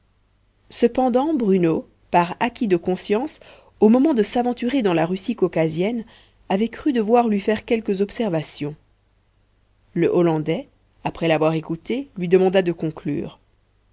cependant bruno par acquit de conscience au moment de s'aventurer dans la russie caucasienne avait cru devoir lui faire quelques observations le hollandais après l'avoir écouté lui demanda de conclure